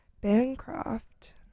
Bancroft